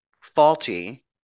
faulty